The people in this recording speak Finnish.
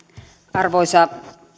arvoisa